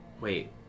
Wait